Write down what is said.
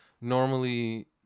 normally